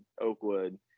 Oakwood